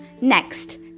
Next